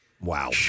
Wow